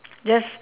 just